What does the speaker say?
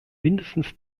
mindestens